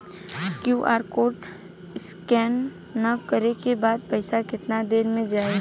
QR code scan करे क बाद पइसा केतना देर म जाई?